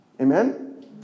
Amen